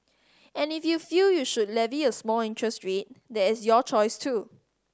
and if you feel you should levy a small interest rate that is your choice too